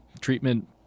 treatment